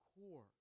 core